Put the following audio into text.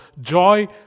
Joy